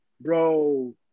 bro